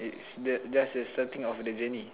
it's that's the starting of the journey